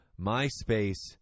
MySpace